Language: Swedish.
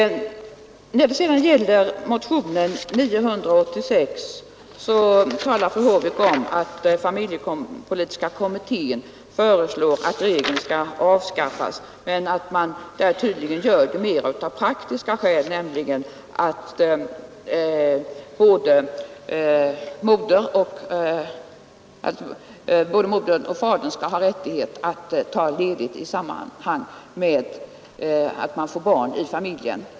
Reglerna för Å När det sedan gäller motionen 986 talade fru Håvik om att tilläggssjukpenning familjepolitiska kommittén föreslår att den regel det här avskaffas, men att man tydligen gör det mest av praktiska skäl och därför att både modern och fadern skall ha rättighet att ta ledigt i samband med att man får barn i familjen.